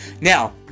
now